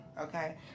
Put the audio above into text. okay